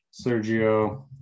Sergio